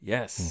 Yes